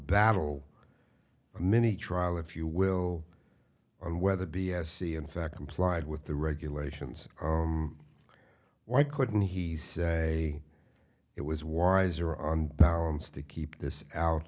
battle a mini trial if you will on whether b s e in fact complied with the regulations why couldn't he say it was wise or on balance to keep this out